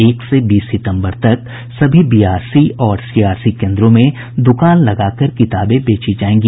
एक से बीस सितंबर तक सभी बीआरसी और सीआरसी केंद्रों में द्रकान लगाकर किताबें बेची जायेंगी